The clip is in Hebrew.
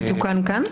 זה תוקן כאן?